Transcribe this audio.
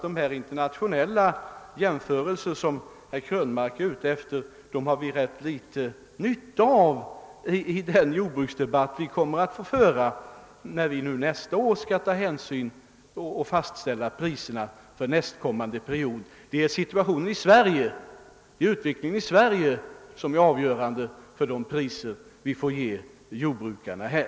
De internationella jämförelser som herr Krönmark är ute efter har vi rätt litet nytta av i den jordbruksdebatt vi kommer att föra när vi nästa år skall ta ställning och fastställa priserna för nästkommande period. Det är situationen i Sverige, ut vecklingen i Sverige, som är avgörande för de priser vi får fastställa för jordbrukarna här.